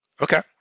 Okay